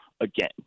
again